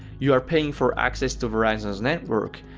you are paying for access to verizon's network.